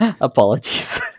Apologies